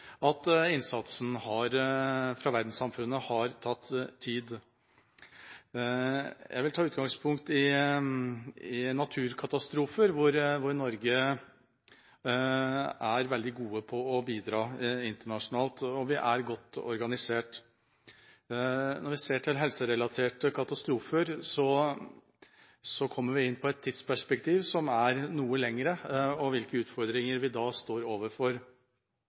at innsatsen fra verdenssamfunnet har tatt tid. Jeg vil ta utgangspunkt i naturkatastrofer, hvor vi i Norge er veldig gode på å bidra internasjonalt, og hvor vi er godt organisert. Når vi ser til helserelaterte katastrofer, kommer vi inn på et tidsperspektiv som er noe lengre, og på hvilke utfordringer vi da står overfor.